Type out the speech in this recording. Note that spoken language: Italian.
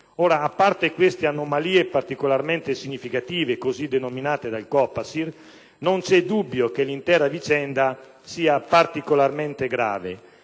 a parte queste anomalie particolarmente significative - così denominate dal COPASIR - non vi è dubbio che l'intera vicenda sia particolarmente grave,